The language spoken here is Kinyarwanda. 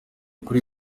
kuri